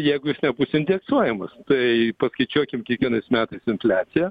jeigu jis nebus indeksuojamas tai paskaičiuokim kiekvienais metais infliaciją